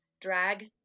drag